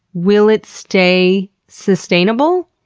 will it stay sustainable?